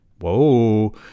Whoa